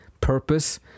purpose